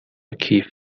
کیف